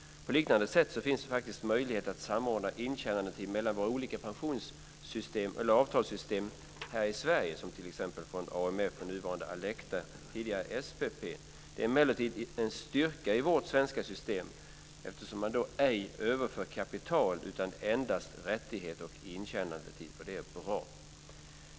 På liknande sätt finns det faktiskt möjlighet att samordna intjänandetid mellan våra olika avtalspensioner i SPP. Det är emellertid en styrka i vårt svenska system eftersom man då ej överför något kapital utan endast rättighet och intjänandetid. Det är bra.